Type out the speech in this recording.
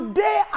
Today